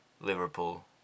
Liverpool